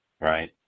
right